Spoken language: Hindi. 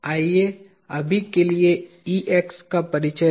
आइए अभी के लिए Ex का परिचय दें